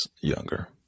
younger